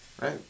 Right